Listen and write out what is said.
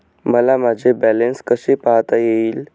मला माझे बॅलन्स कसे पाहता येईल?